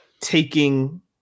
taking